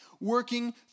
working